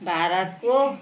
भारतको